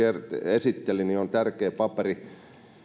esitteli on todellakin tärkeä paperi